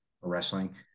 wrestling